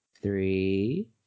Three